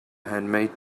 handmade